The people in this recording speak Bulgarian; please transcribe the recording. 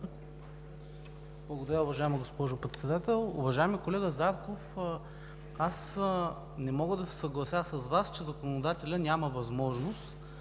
Благодаря, уважаема госпожо Председател. Уважаеми колега Зарков, аз не мога да се съглася с Вас, че законодателят няма възможност